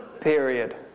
period